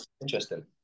interesting